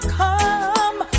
come